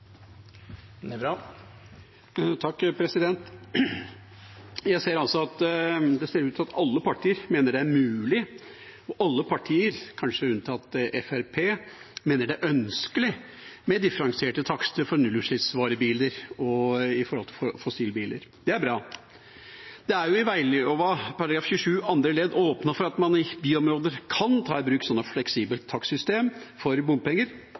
Det ser ut til at alle partier mener det er mulig, og alle partier, kanskje unntatt Fremskrittspartiet, mener det er ønskelig med differensierte takster for varebiler med nullutslipp og for fossilbiler. Det er bra. I vegloven § 27 andre ledd er det åpnet for at man i byområder kan ta i bruk et slikt fleksibelt takstsystem for bompenger,